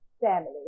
family